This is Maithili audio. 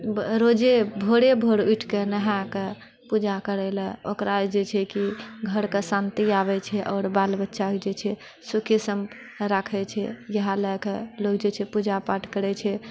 रोजे भोरे भोर उठि कऽ नहाए कऽ पूजा करै लऽ ओकरा जे छै कि घर कऽ शान्ति आबै छै आओर बाल बच्चा कऽ जे छै सुखी सम्पन्न राखै छै इएह लए कऽ लोक जे छै पूजा पाठ करै छै